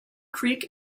creek